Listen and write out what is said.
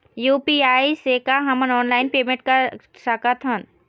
UPI से का हमन ऑनलाइन पेमेंट कर सकत हन?